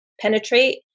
penetrate